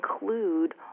include